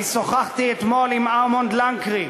אני שוחחתי אתמול עם ארמונד לנקרי,